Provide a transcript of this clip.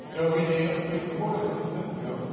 ah read eight hundred page report i released minutes ago.